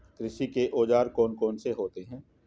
कृषि के औजार कौन कौन से होते हैं?